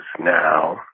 now